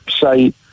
say